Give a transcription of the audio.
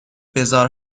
بزار